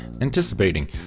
anticipating